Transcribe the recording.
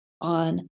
on